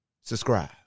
subscribe